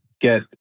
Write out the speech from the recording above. get